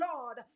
Lord